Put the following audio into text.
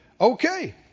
Okay